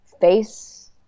face